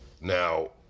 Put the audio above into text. Now